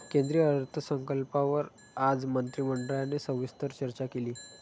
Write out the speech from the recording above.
केंद्रीय अर्थसंकल्पावर आज मंत्रिमंडळाने सविस्तर चर्चा केली